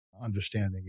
understanding